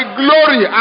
glory